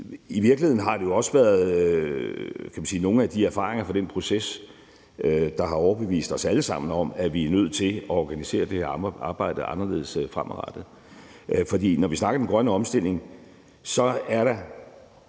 I virkeligheden har det også været nogle af de erfaringer fra den proces, der har overbevist os alle sammen om, at vi er nødt til at organisere det her arbejde anderledes fremadrettet. Når vi snakker om den grønne omstilling, er der